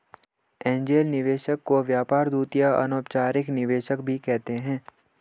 angel निवेशक को व्यापार दूत या अनौपचारिक निवेशक भी कहते हैं